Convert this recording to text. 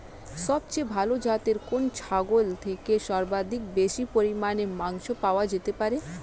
সবচেয়ে ভালো যাতে কোন ছাগল থেকে সর্বাধিক বেশি পরিমাণে মাংস পাওয়া যেতে পারে?